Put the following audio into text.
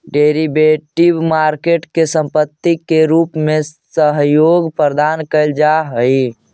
derivative market में संपत्ति के रूप में सहयोग प्रदान कैल जा हइ